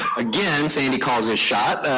again sandy calls his shot.